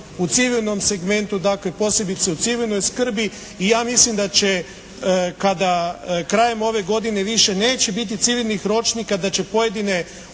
u civilnom segmentu, dakle posebice u civilnoj skrbi. I ja mislim da će kada krajem ove godine više neće biti civilnih ročnika da će pojedine